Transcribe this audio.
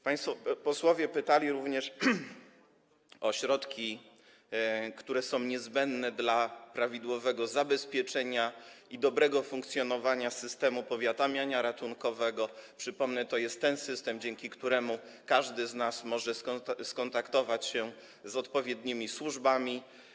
Państwo posłowie pytali również o środki, które są niezbędne dla prawidłowego zabezpieczenia i dobrego funkcjonowania systemu powiadamiania ratunkowego - przypomnę, to jest ten system, dzięki któremu każdy z nas może skontaktować się z odpowiednimi służbami.